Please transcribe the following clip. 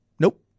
nope